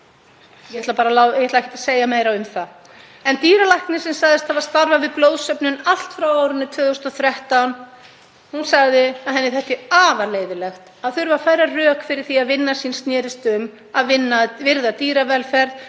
Ég ætla ekki að segja meira um það. Dýralæknir sem sagðist hafa starfað við blóðsöfnun allt frá árinu 2013 sagði að henni þætti afar leiðinlegt að þurfa að færa rök fyrir því að vinna sín snerist um að virða dýravelferð